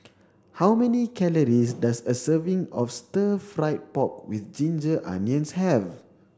how many calories does a serving of stir fried pork with ginger onions have